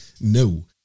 No